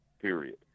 period